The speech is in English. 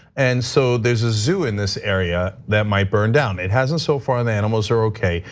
and so there's a zoo in this area that might burn down. it hasn't so far and the animals are okay,